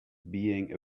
being